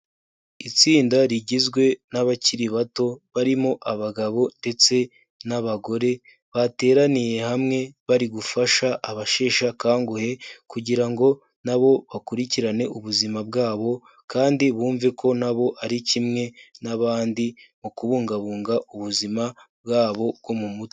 Itsinda rigizwe n'abakiri bato, barimo abagabo ndetse n'abagore, bateraniye hamwe bari gufasha abasheshe akanguhe kugira ngo na bo bakurikirane ubuzima bwabo, kandi bumve ko na bo ari kimwe n'abandi, mu kubungabunga ubuzima bwabo bwo mu mutwe.